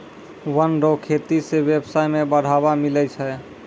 वन रो खेती से व्यबसाय में बढ़ावा मिलै छै